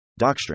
docstring